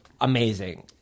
amazing